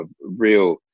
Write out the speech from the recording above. real